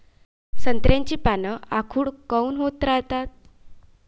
संत्र्याची पान आखूड काऊन होत रायतात?